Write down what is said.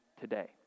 today